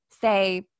say